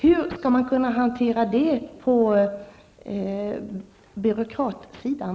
Hur skall man kunna hantera det på byråkratsidan?